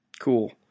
Cool